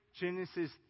Genesis